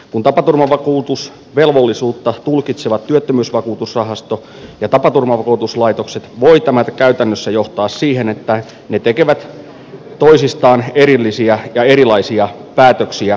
kun tapaturmavakuutusvelvollisuutta tulkitsevat työttömyysvakuutusrahasto ja tapaturmavakuutuslaitokset voi tämä käytännössä johtaa siihen että ne tekevät toisistaan erillisiä ja erilaisia päätöksiä vakuuttamisvelvollisuudesta